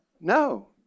No